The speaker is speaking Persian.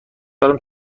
دارم